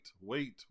wait